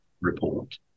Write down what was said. report